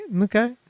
Okay